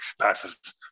passes